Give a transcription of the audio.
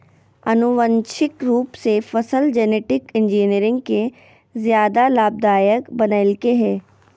आनुवांशिक रूप से फसल जेनेटिक इंजीनियरिंग के ज्यादा लाभदायक बनैयलकय हें